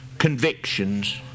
convictions